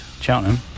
Cheltenham